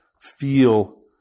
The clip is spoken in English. feel